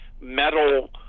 metal